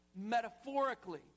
metaphorically